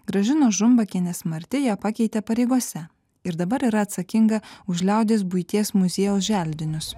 gražinos žumbakienės marti ją pakeitė pareigose ir dabar yra atsakinga už liaudies buities muziejaus želdinius